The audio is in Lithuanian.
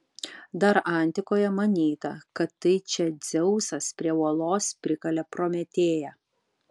dar antikoje manyta kad tai čia dzeusas prie uolos prikalė prometėją